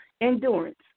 Endurance